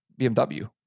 BMW